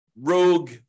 rogue